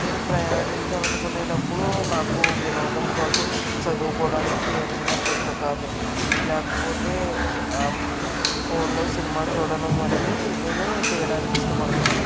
నేను ప్రయాణించాలినుకునేటప్పుడు నాకు వినోదం కోసం చదువుకోడానికి ఏదైనా పుస్తకాలు లేకపోతే ఫోన్లో సినిమా చూడడం వంటివి నేను చేయడానికి ఇష్టపడతాను